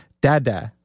Dada